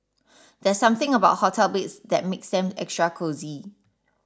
there's something about hotel beds that makes them extra cosy